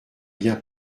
bien